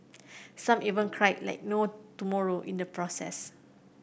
some even cried like no tomorrow in the process